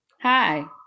hi